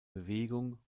bewegung